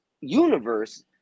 universe